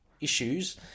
issues